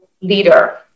leader